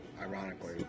Ironically